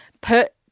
put